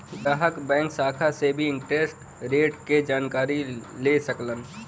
ग्राहक बैंक शाखा से भी इंटरेस्ट रेट क जानकारी ले सकलन